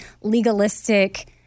legalistic